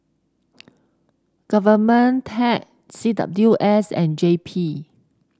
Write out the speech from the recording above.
Government C W S and J P